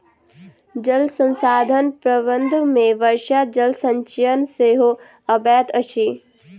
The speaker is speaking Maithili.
जल संसाधन प्रबंधन मे वर्षा जल संचयन सेहो अबैत अछि